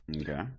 Okay